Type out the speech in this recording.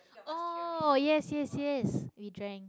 oh yes yes yes we drank